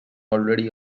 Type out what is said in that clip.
already